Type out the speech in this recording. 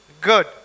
good